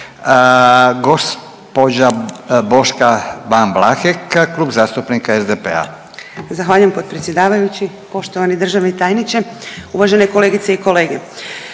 Gospođa Ban Vlahek Klub zastupnika SDP-a. **Ban, Boška (SDP)** Zahvaljujem predsjedavajući. Poštovani državni tajniče, uvažene kolegice i kolege.